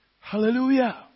Hallelujah